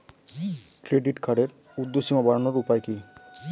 Credit কার্ডের উর্ধ্বসীমা বাড়ানোর উপায় কি?